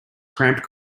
cramped